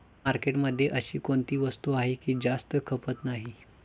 मार्केटमध्ये अशी कोणती वस्तू आहे की जास्त खपत नाही?